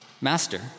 Master